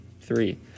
Three